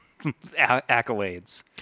accolades